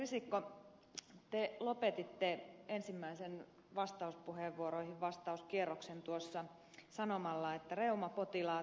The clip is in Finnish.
ministeri risikko te lopetitte ensimmäisen vastauskierroksen vastauspuheenvuoroihin sanomalla että reumapotilaat ansaitsevat tulla kuulluksi